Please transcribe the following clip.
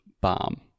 bomb